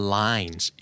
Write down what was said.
lines